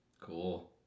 Cool